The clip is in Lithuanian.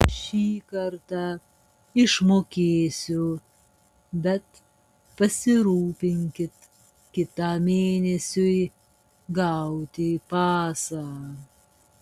šį kartą išmokėsiu bet pasirūpinkit kitam mėnesiui gauti pasą